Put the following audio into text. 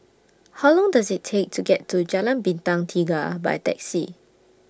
How Long Does IT Take to get to Jalan Bintang Tiga By Taxi